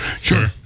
Sure